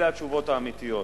אלה התשובות האמיתיות,